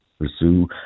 pursue